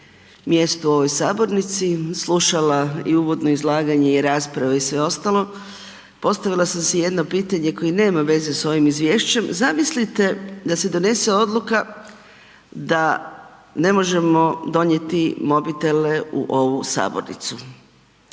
mjestu u ovoj sabornici, slušala uvodno izlaganje i rasprave i sve ostalo, postavila sam si jedno pitanje koje nema veze sa ovim izvješćem, zamislite da se donese odluka da ne možemo donijeti mobitele u ovu sabornicu.